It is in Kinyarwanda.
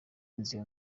inzira